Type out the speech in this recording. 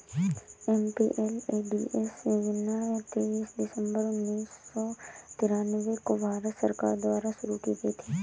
MPLADS योजना तेईस दिसंबर उन्नीस सौ तिरानवे को भारत सरकार द्वारा शुरू की गयी थी